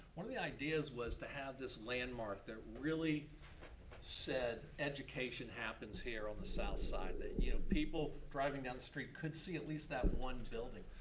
one of the ideas was to have this landmark that really said education happens here on the southside. that you know people driving down the street could see at least that one building.